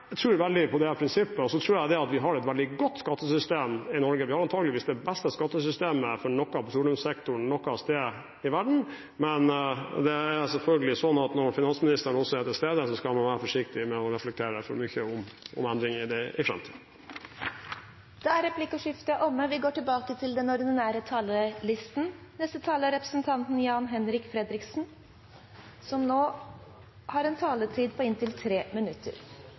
tror veldig på det prinsippet. Og så tror jeg at vi har et veldig godt skattesystem i Norge, vi har antakeligvis det beste skattesystemet for noen petroleumssektor noe sted i verden. Men det er selvfølgelig sånn at når finansministeren er til stede, skal man være forsiktig med å reflektere for mye om endringer i det i framtiden. Replikkordskiftet er omme. De talere som heretter får ordet, har en taletid på inntil 3 minutter. Dette er blitt en politisk debatt om vi skal ha olje- og gassnæringen, vår viktigste næring, med oss inn i en